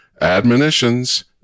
admonitions